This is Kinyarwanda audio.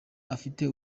afite